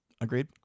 Agreed